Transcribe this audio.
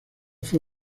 fue